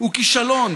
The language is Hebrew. הוא כישלון.